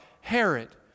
Herod